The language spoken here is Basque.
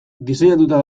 diseinatuta